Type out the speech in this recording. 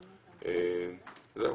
זהו.